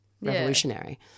revolutionary